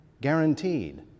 guaranteed